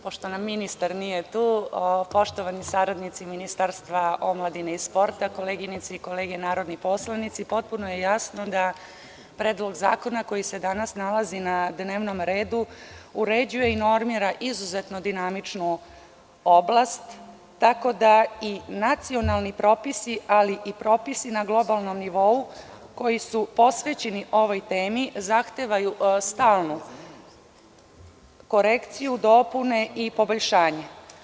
Pošto nam ministar nije tu, poštovani saradnici Ministarstva omladine i sporta, koleginice i kolege narodni poslanici, potpuno je jasno da Predlog zakona koji se danas nalazi na dnevnom redu uređuje i normira izuzetno dinamičnu oblast, tako da i nacionalni propisi, ali i propisi na globalnom nivou, koji su posvećeni ovoj temi, zahtevaju stalnu korekciju, dopune i poboljšanja.